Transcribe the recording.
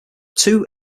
two